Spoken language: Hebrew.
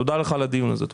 תודה לך על הדיון הזה.